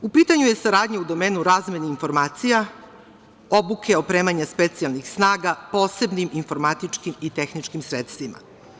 U pitanju je saradnja u domenu razmena informacija, obuke opremanja specijalnih snaga posebnim informatičkim i tehničkim sredstvima.